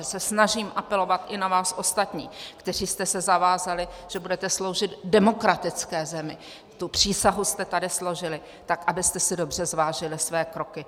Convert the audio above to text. Že se snažím apelovat i na vás ostatní, kteří jste se zavázali, že budete sloužit demokratické zemi, tu přísahu jste tady složili, tak abyste si dobře zvážili své kroky.